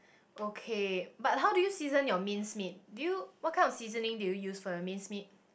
okay but how do you season your minced meat do you what kind of seasoning do you use for your minced meat